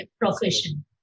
profession